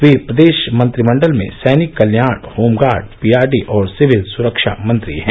वे प्रदेश मंत्रिमंडल में सैनिक कल्याण होमगार्ड पीआरडी और सिविल सुरक्षा मंत्री हैं